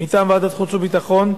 מטעם ועדת החוץ והביטחון,